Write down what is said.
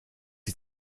die